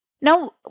Now